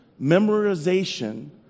memorization